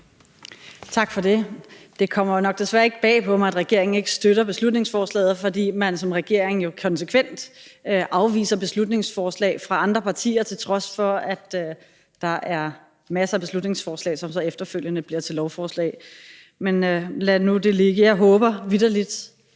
Tak for det. Det kommer jo nok desværre ikke bag på mig, at regeringen ikke støtter beslutningsforslaget, fordi regeringen jo konsekvent afviser beslutningsforslag fra andre partier, på trods af at der er masser af beslutningsforslagene, som så efterfølgende bliver til lovforslag. Men lad nu det ligge. Jeg håber vitterlig,